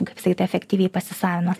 kaip sakyt efektyviai pasisavinamas